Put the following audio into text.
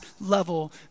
level